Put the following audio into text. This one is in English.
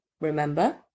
remember